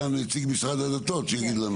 קבורת שדה אין,